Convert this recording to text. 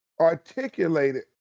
articulated